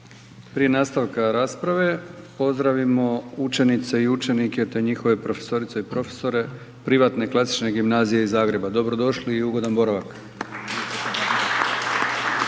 Prije nastavka rasprave pozdravimo učenice i učenike te njihove profesorice i profesore Privatne klasične gimnazije iz Zagreba. Dobro došli i ugodan boravak.